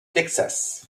texas